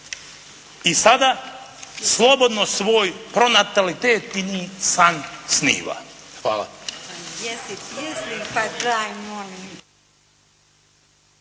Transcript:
i sada slobodno svoj pronatalitetni san sniva. Hvala.